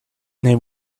name